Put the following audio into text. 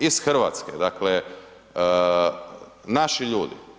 Iz Hrvatske, dakle naši ljudi.